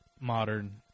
modern